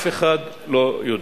אף אחד לא יודע.